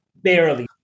Barely